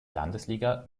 landesliga